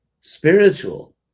spiritual